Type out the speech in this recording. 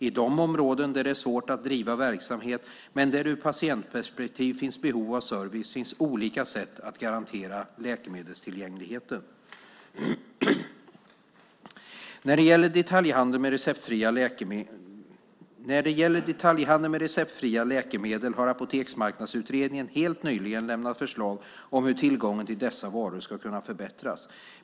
I de områden där det är svårt att driva verksamhet, men där det ur patientperspektiv finns behov av service, finns olika sätt att garantera läkemedelstillgängligheten. När det gäller detaljhandel med receptfria läkemedlen har Apoteksmarknadsutredningen helt nyligen lämnat förslag om hur tillgången till dessa varor ska kunna förbättras.